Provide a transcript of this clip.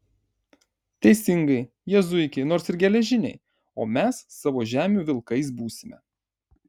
teisingai jie zuikiai nors ir geležiniai o mes savo žemių vilkais būsime